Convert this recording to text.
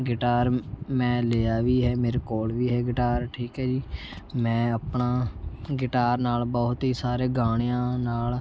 guitar ਮੈਂ ਲਿਆ ਵੀ ਹੈ ਮੇਰੇ ਕੋਲ ਵੀ ਹੈ ਗਿਟਾਰ ਠੀਕ ਹੈ ਜੀ ਮੈਂ ਆਪਣਾ ਗਿਟਾਰ ਨਾਲ ਬਹੁਤ ਹੀ ਸਾਰੇ ਗਾਣਿਆ ਨਾਲ